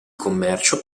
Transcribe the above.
commercio